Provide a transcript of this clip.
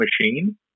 machine